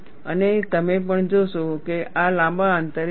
અને તમે પણ જોશો કે આ લાંબા અંતરે જશે